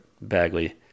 Bagley